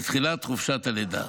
בתחילת חופשת הלידה.